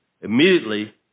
immediately